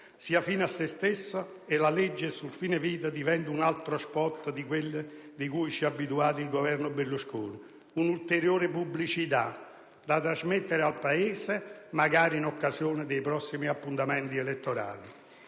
sia fine a se stesso e la legge sul fine vita diventi un altro degli *spot* cui ci ha abitato il Governo Berlusconi, un'ulteriore pubblicità da trasmettere al Paese, magari in occasione dei prossimi appuntamenti elettorali.